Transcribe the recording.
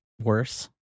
worse